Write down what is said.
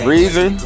Reason